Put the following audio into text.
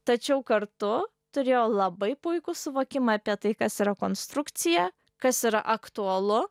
tačiau kartu turėjo labai puikų suvokimą apie tai kas yra konstrukcija kas yra aktualu